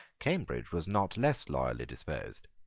cambridge was not less loyally disposed.